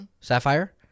Sapphire